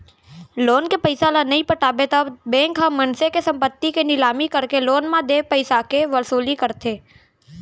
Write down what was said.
loan के पइसा ल नइ पटाबे त बेंक ह मनसे के संपत्ति के निलामी करके लोन म देय पइसाके वसूली करथे